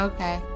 Okay